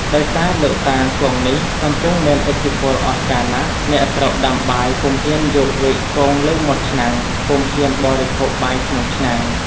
ដោយសារលោកតាគង់នេះ កំពុងមានឥទ្ធិពលអស្ចារ្យណាស់ អ្នកស្រុកដាំបាយពុំហ៊ានយកវែកគងលើមាត់ឆ្នាំង ពុំហ៊ានបរិភោគបាយក្នុងឆ្នាំង ។